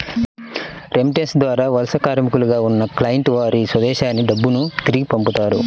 remittance ద్వారా వలస కార్మికులుగా ఉన్న క్లయింట్లు వారి స్వదేశానికి డబ్బును తిరిగి పంపుతారు